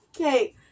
Okay